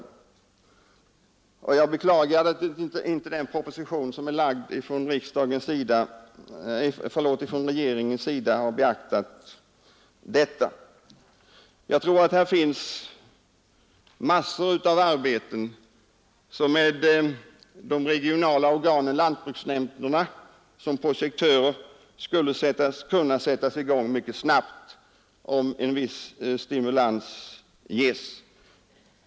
Jag beklagar att detta inte har beaktats i den proposition som regeringen har framlagt. Det finns mängder av arbeten som med de regionala organen — lantbruksnämnderna — som projektörer skulle kunna sättas i gång mycket snabbt, om en viss stimulans kunde ges.